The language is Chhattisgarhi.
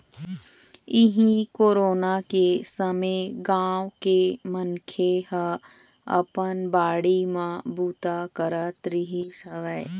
इहीं कोरोना के समे गाँव के मनखे ह अपन बाड़ी म बूता करत रिहिस हवय